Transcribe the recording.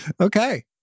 Okay